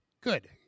good